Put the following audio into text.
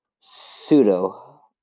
pseudo